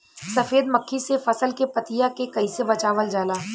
सफेद मक्खी से फसल के पतिया के कइसे बचावल जाला?